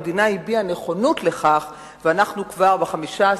המדינה הביעה נכונות לכך, ואנחנו כבר ב-15